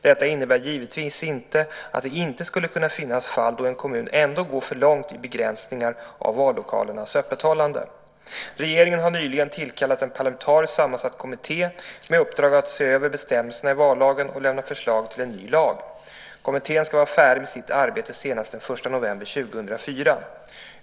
Detta innebär givetvis inte att det inte skulle kunna finnas fall då en kommun ändå går för långt i begränsningar av vallokalernas öppethållande. Regeringen har nyligen tillkallat en parlamentariskt sammansatt kommitté med uppdrag att se över bestämmelserna i vallagen och lämna förslag till en ny lag . Kommittén ska vara färdig med sitt arbete senast den 1 november 2004.